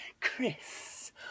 Chris